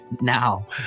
now